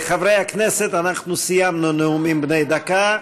חברי הכנסת, סיימנו נאומים בני דקה,